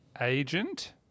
agent